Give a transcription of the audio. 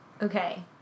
Okay